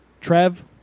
Trev